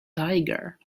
tiger